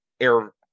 air